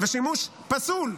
ושימוש פסול.